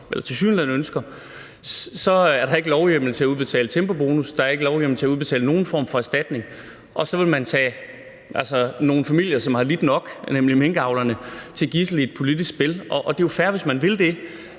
tilsyneladende ønsker, så er der ikke lovhjemmel til at udbetale tempobonus, der er ikke lovhjemmel til at udbetale nogen form for erstatning, og så vil man tage nogle familier, som har lidt nok, nemlig minkavlerne, som gidsler i et politisk spil. Og det er jo fair, hvis man vil det.